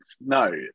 No